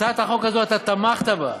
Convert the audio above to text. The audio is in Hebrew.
הצעת החוק הזאת, אתה תמכת בה,